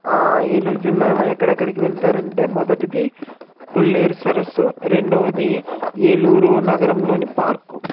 ఏలూరు జిల్లాలో ఎక్కడెక్కడికి వెళ్తారంటే మొదటిది కొల్లేరు సరస్సు రెండవది ఏలూరు నగరంలోని పార్కు